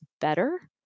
better